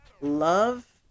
love